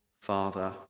father